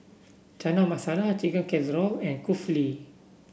Chana Masala Chicken Casserole and Kulfi